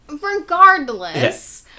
regardless